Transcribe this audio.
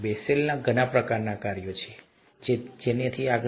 બેસેલના ઘણા પ્રકારના કાર્યો છે અને તેથી આગળ